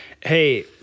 Hey